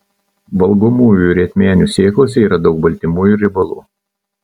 valgomųjų rietmenių sėklose yra daug baltymų ir riebalų